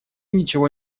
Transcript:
ничего